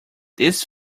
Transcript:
this